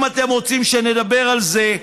אם אתם רוצים שנדבר על זה,